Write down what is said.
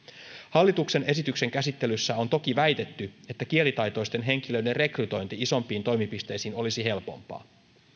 hallituksen esityksen käsittelyssä on toki väitetty että kielitaitoisten henkilöiden rekrytointi isompiin toimipisteisiin olisi helpompaa